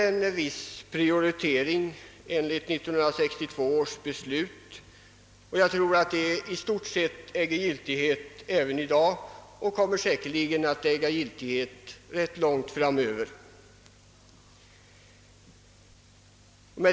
Enligt 1962 års beslut göres en viss prioritering, och jag tror att den i stort sett äger giltighet även i dag och kommer att göra det rätt långt framöver.